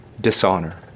dishonor